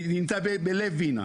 נמצא בלב ווינה.